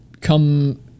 come